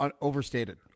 overstated